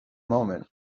moment